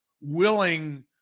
willing